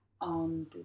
on